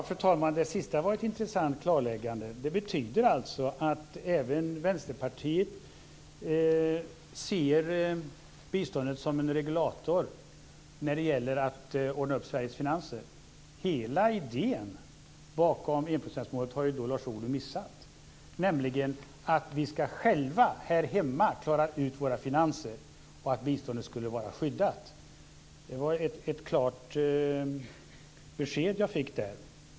Fru talman! Det sista var ett intressant klarläggande. Det betyder alltså att även Vänsterpartiet ser biståndet som en regulator när det gäller att ordna upp Sveriges finanser. Då har ju Lars Ohly missat hela idén bakom enprocentsmålet, nämligen att vi själva här hemma ska klara ut våra finanser och att biståndet ska vara skyddat. Det var ju ett klart besked jag fick där.